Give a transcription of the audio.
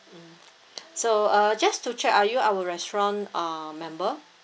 mmhmm so uh just to check are you our restaurant uh member